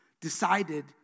decided